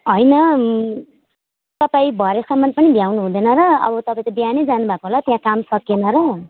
होइन तपाईँ भरेसम्म पनि भ्याउनु हुँदैन र अब तपाईँ त बिहानै जानु भएको होला त्यहाँ काम सकिएन र